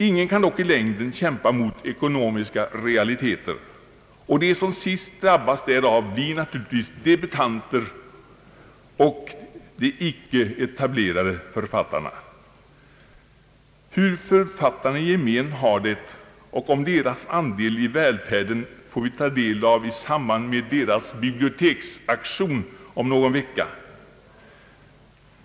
Ingen kan dock i längden kämpa mot ekonomiska realiteter, och de som till sist drabbas därav blir naturligtvis debutanter och icke etablerade författare. Hur författarna i gemen har det och om deras andel i välfärden får vi ta del av om någon vecka i samband med deras biblioteksaktion.